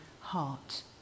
heart